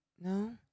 No